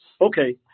okay